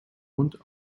und